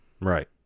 Right